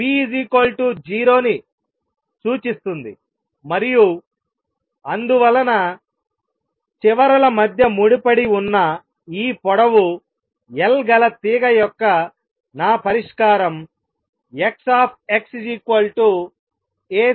ఇది B 0 ని సూచిస్తుంది మరియు అందువలన చివరల మధ్య ముడిపడి ఉన్న ఈ పొడవు L గల తీగ యొక్క నా పరిష్కారం X A sin k x